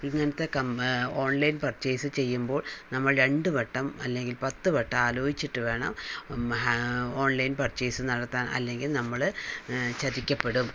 ഇങ്ങനത്തെ online purchase ചെയ്യുമ്പോൾ നമ്മൾ രണ്ട് വട്ടം അല്ലെങ്കിൽ പത്ത് വട്ടം ആലോചിച്ചിട്ട് വേണം ഓൺലൈൻ പർച്ചേസ് നടത്താൻ അല്ലെങ്കിൽ നമ്മള് ചതിക്കപ്പെടും